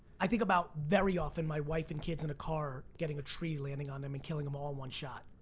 i think about, very often, my wife and kids in a car, getting a tree landing on them and killing them all in one shot.